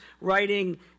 writing